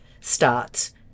starts